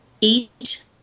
Eat